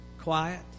quiet